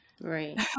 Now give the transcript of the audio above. right